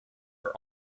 for